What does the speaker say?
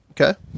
Okay